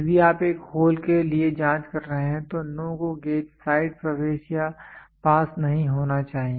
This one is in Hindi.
यदि आप एक होल के लिए जाँच कर रहे हैं तो NO GO गेज साइड प्रवेश या पास नहीं होना चाहिए